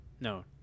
No